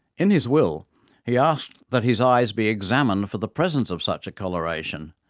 in his will he asked that his eyes be examined for the presence of such a colouration,